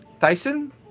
Tyson